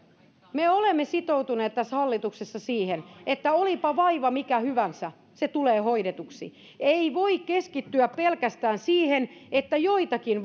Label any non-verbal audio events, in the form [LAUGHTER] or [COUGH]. me olemme sitoutuneet tässä hallituksessa siihen että olipa vaiva mikä hyvänsä se tulee hoidetuksi ei voi keskittyä pelkästään siihen että joitakin [UNINTELLIGIBLE]